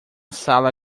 sala